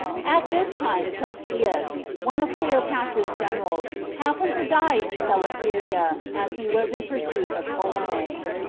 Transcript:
at this time chelcias, one of cleopatra's generals, happened to die in celesyria, as he was in pursuit of ptolemy.